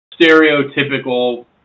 stereotypical